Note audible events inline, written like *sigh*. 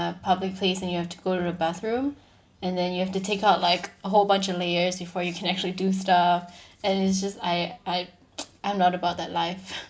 public place and you have to go to the bathroom and then you have to take out like a whole bunch of layers before you can actually do stuff and it's just I I *noise* I'm not about that life